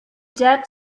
dead